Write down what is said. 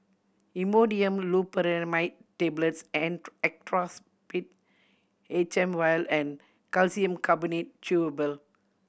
Imodium Loperamide Tablets and Actrapid H M Vial and Calcium Carbonate Chewable